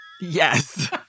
Yes